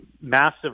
Massive